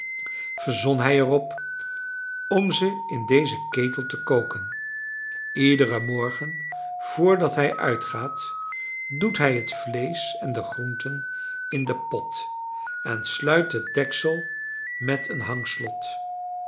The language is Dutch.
verzon hij er op om ze in dezen ketel te koken iederen morgen voordat hij uitgaat doet hij het vleesch en de groenten in den pot en sluit het deksel met een hangslot